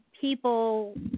people